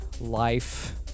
life